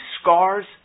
scars